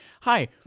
Hi